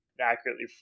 accurately